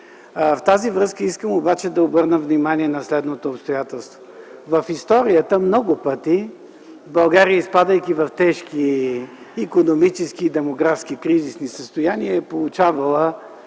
В тази връзка искам да обърна внимание на следното обстоятелство. В историята много пъти България, изпадайки в тежки икономически и демографски кризисни състояния, е получавала